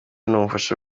n’ubufasha